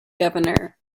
governor